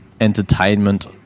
entertainment